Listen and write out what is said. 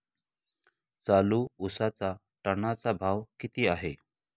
चालू उसाचा टनाचा भाव किती आहे?